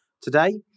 today